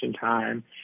time